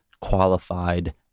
qualified